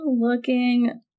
looking